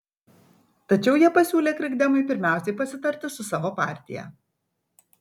tačiau jie pasiūlė krikdemui pirmiausia pasitarti su savo partija